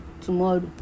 tomorrow